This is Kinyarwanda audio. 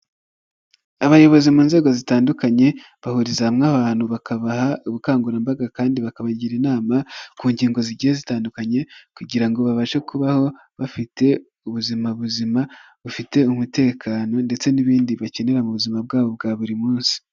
Abayobozi mu nzego zitandukanye bahuriza hamwe abantu bakabaha ubukangurambaga kandi bakabagira inama ku ngingo zigiye zitandukanye kugira ngo babashe kubaho bafite ubuzima buzima, bufite umutekano ndetse n'ibindi bakenera mu buzima bwabo bwa buri munsi.